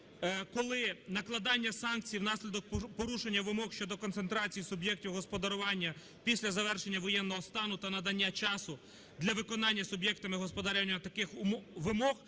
коли накладання санкцій внаслідок порушення вимог щодо концентрації суб'єктів господарювання після завершення воєнного стану та надання часу для виконання суб'єктами господарювання таких вимог,